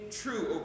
true